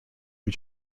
new